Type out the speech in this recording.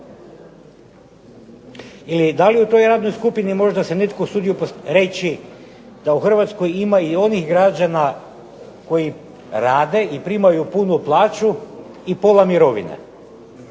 Ili da li u toj javnoj skupini možda se netko usudio reći da u Hrvatskoj ima i onih građana koji rade i primaju punu plaću i pola mirovine.